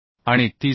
आणि 30 मि